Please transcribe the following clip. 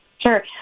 Sure